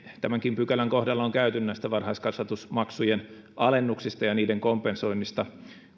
tämänkin pykälän kohdalla on käyty näistä varhaiskasvatusmaksujen alennuksista ja niiden kompensoinnista